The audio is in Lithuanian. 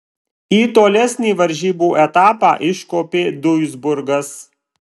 į tolesnį varžybų etapą iškopė duisburgas